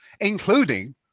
including